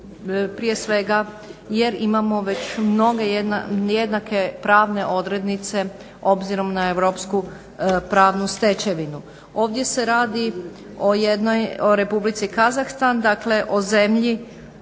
prije svega jer imamo već mnoge jednake pravne odrednice obzirom na europsku pravnu stečevinu. Ovdje se radi o Republici Kazahstan, dakle o zemlji